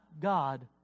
God